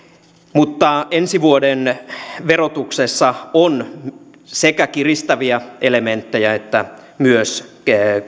mutta ensi vuoden verotuksessa on sekä kiristäviä elementtejä että myös